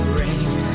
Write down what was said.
rain